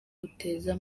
uteza